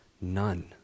none